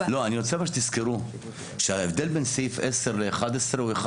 אני רוצה שתזכרו שההבדל בין סעיף 10 ל-11 הוא אחד.